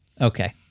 Okay